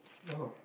no